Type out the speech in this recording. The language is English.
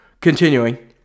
Continuing